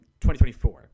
2024